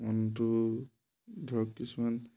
মনটো ধৰক কিছুমান